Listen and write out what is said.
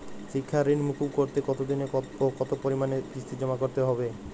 শিক্ষার ঋণ মুকুব করতে কতোদিনে ও কতো পরিমাণে কিস্তি জমা করতে হবে?